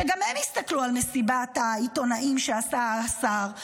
שגם הם הסתכלו על מסיבת העיתונאים שעשה השר,